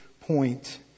point